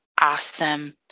Awesome